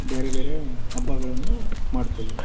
ಬೇರೆ ಬೇರೆ ಹಬ್ಬಗಳನ್ನು ಮಾಡ್ತಿದೀವಿ